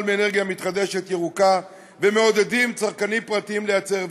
מאנרגיה מתחדשת ירוקה ומעודדים צרכנים פרטיים לייצר.